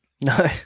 No